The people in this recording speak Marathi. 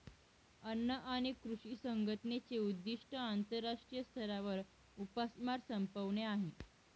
अन्न आणि कृषी संघटनेचे उद्दिष्ट आंतरराष्ट्रीय स्तरावर उपासमार संपवणे आहे